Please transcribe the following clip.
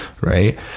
right